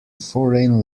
foreign